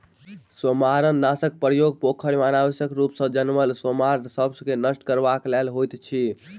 सेमारनाशकक प्रयोग पोखैर मे अनावश्यक रूप सॅ जनमल सेमार सभ के नष्ट करबाक लेल होइत अछि